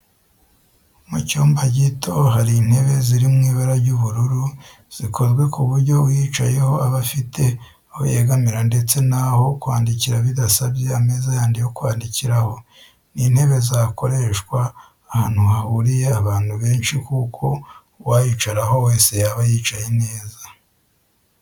Mu cyumba gito hari intebe ziri mu ibara ry'ubururu zikozwe ku buryo uyicayeho aba afite aho yegamira ndetse n'aho kwandikira bidasabye ameza yandi yo kwandikiraho. Ni intebe zakoreshwa ahantu hahuriye abantu benshi kuko uwayicaraho wese yaba yicaye neza